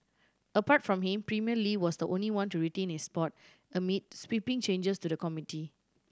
apart from him Premier Li was the only one to retain his spot amid sweeping changes to the committee